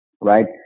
right